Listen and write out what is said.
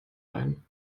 ein